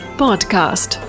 podcast